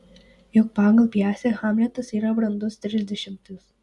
juk pagal pjesę hamletas yra brandus trisdešimtis